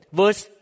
verse